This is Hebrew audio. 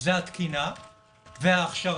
זה התקינה וההכשרה.